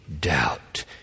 doubt